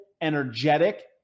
energetic